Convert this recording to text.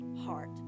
heart